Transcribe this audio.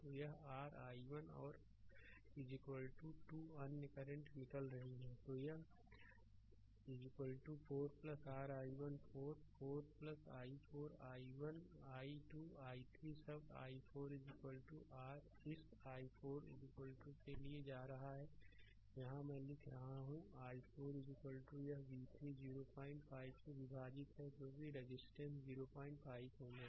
तो यह r i1 है और 2 अन्य करंट निकल रही हैं तो यह 4 r i4 4 i4 i1 i 2 i3 सब i4 r इस i4 के लिए जा रहा है यहाँ मैं लिख रहा हूँ i4 यह v3 05 से विभाजित है क्योंकि रजिस्टेंस 05 Ω है